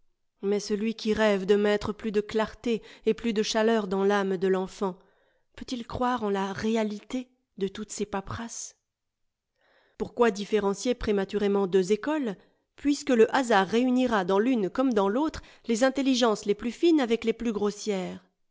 mais celui qui rêve de mettre plus de clarté et plus de chaleur dans l'âme de l'enfant peut-il croire en la réalité de toutes ces paperasses pourquoi différencier prématurément deux écoles puisque le hasard réunira dans l'une comme dans l'autre les intelligences les plus fines avec les plus grossières